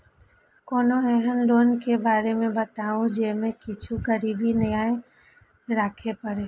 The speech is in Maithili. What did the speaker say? कोनो एहन लोन के बारे मे बताबु जे मे किछ गीरबी नय राखे परे?